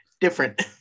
different